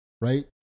right